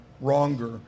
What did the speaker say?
wronger